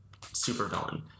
supervillain